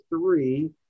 three